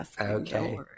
okay